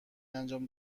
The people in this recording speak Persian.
انجام